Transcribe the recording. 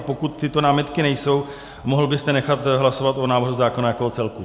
Pokud tyto námitky nejsou, mohl byste nechat hlasovat o návrhu zákona jako o celku.